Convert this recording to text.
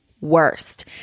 worst